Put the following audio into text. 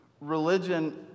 Religion